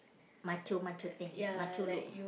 macho macho tank macho look